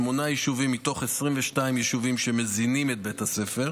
שמונה יישובים מתוך 22 יישובים שמזינים את בית הספר,